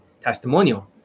testimonial